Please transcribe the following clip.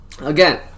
Again